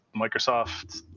microsoft